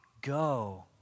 Go